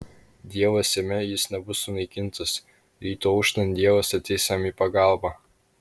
dievas jame jis nebus sunaikintas rytui auštant dievas ateis jam į pagalbą